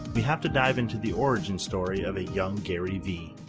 we have to dive into the origin story of a young gary vee.